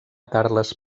carles